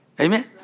Amen